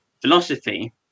philosophy